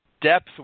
depth